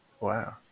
wow